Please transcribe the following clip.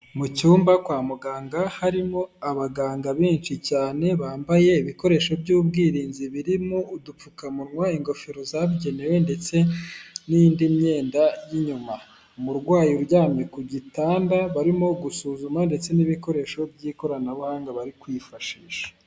Mu cyumba, kwa muganga harimo abaganga benshi cyane bambaye ibikoresho by'ubwirinzi birimo udupfukamunwa, ingofero zabugenewe ndetse n'indi myenda y'inyuma. Umurwayi uryamye ku gitanda barimo gusuzuma ndetse n'ibikoresho by'ikoranabuhanga bari kwifashisha.